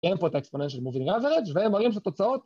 ‫הם פה את ה-exponential moving average, ‫והם רואים שתוצאות...